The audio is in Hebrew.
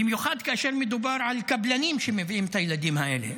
במיוחד כאשר מדובר על קבלנים שמביאים את הילדים האלה.